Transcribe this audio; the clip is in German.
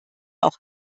auch